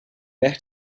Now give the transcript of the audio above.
weg